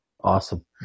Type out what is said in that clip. Awesome